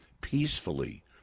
peacefully